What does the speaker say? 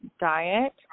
diet